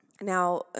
Now